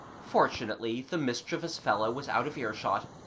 fortunately the mischievous fellow was out of earshot,